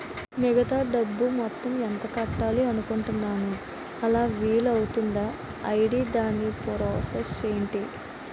మిగతా డబ్బు మొత్తం ఎంత కట్టాలి అనుకుంటున్నాను అలా వీలు అవ్తుంధా? ఐటీ దాని ప్రాసెస్ ఎంటి?